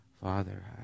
Father